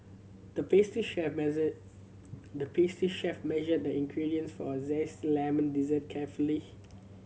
the pastry chef measured the pastry chef measured the ingredients for a zesty lemon dessert carefully